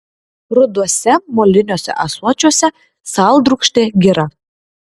ruduose moliniuose ąsočiuose saldrūgštė gira